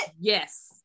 Yes